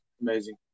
amazing